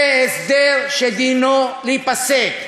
זה הסדר שדינו להיפסק,